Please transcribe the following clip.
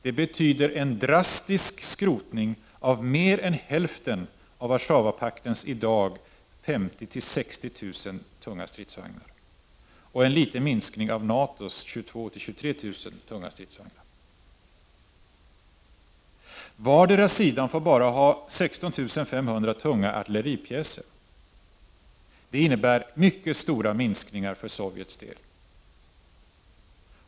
Det betyder en drastisk skrotning av mer än hälften av Warszawapaktens i dag 50 000-60 000 tunga stridsvagnar och en liten minskning av NATO:s 22 000-23 000 tunga stridsvagnar. b) Vardera sidan får bara ha 16 500 tunga artilleripjäser. Det innebär mycket stora minskningar för Sovjets del.